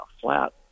flat